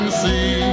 see